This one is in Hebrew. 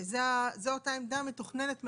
זו אותה עמדה מתוכננת מראש.